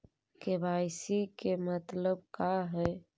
KYC के मतलब का हई?